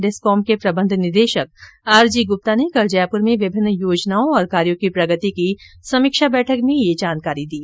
discom के प्रबन्ध निदेशक आरजीगुप्ता ने कल जयपुर में विभिन्न योजनाओं और कार्यो की प्रगति की समीक्षा बैठक में ये जानकारी दी